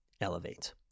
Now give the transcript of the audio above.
elevate